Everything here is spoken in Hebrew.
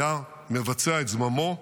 היה מבצע את זממו,